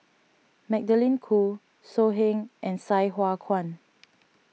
Magdalene Khoo So Heng and Sai Hua Kuan